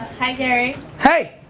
hi, gary, hey!